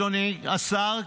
אדוני השר,